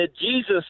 Jesus